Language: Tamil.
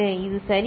இது சரியா